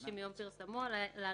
חודשים מיום פרסומו (להלן,